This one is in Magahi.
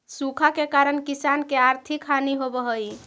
सूखा के कारण किसान के आर्थिक हानि होवऽ हइ